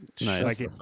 Nice